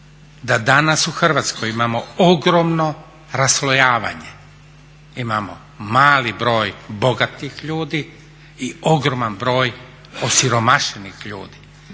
danas u Hrvatskoj imamo ogromno raslojavanje, imamo mali broj bogatih ljudi i ogroman broj osiromašenih ljudi,